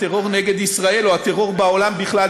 הטרור נגד ישראל או הטרור בעולם בכלל,